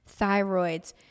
Thyroids